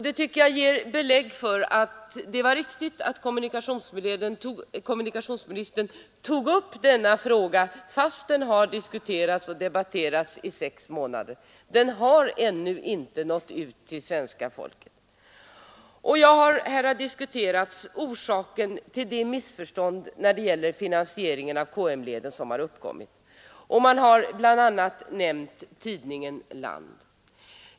Det tycker jag ger belägg för att det var riktigt att kommunikationsministern tog upp denna fråga, fastän den har diskuterats i sex månader. Den har ännu inte nått ut till svenska folket. Här har diskuterats orsaken till de missförstånd när det gäller finansieringen av KM-leden som har uppkommit, och man har bl.a. nämnt tidningen Land.